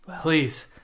Please